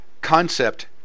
concept